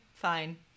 Fine